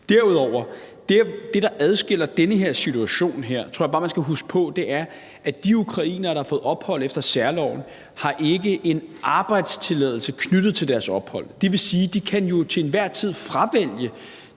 Derudover er det, der adskiller den her situation – og det tror jeg bare man skal huske på – at de ukrainere, der har fået ophold efter særloven, ikke har en arbejdstilladelse knyttet til deres ophold, og det vil sige, at de jo til enhver tid kan fravælge